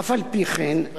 אף-על-פי-כן,